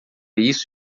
isso